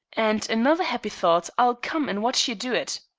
and another happy thought! i'll come and watch you do it.